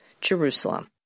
Jerusalem